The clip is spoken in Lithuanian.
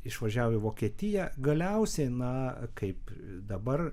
išvažiavo į vokietiją galiausiai na kaip dabar